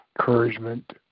encouragement